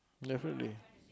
definitely